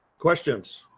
questions.